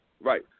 Right